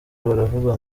baravuga